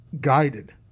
guided